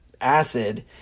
acid